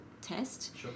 test